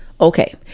Okay